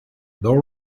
though